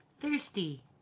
Thirsty